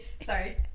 sorry